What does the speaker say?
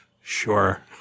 Sure